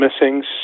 missing